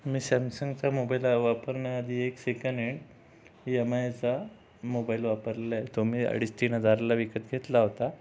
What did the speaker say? मी सॅमसंगचा मोबाईल वापरण्याआधी एक सेकंड हँड एमआयचा मोबाईल वापरलाय तो मी अडीच तीन हजारला विकत घेतला होता